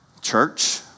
Church